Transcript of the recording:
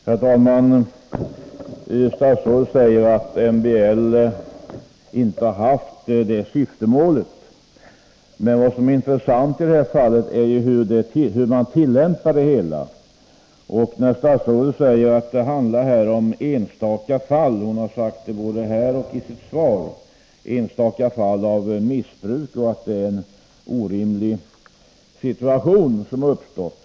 Herr talman! Statsrådet säger att MBL inte har haft detta syfte. Men vad Måndagen den som är intressant i det här fallet är hur man tillämpar MBL. Statsrådet har 7 november 1983 både här i kammaren och i sitt svar sagt att det här handlar om enstaka fallav = missbruk och att det är en orimlig situation som uppstått.